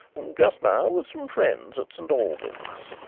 just now with some friends at st. albans.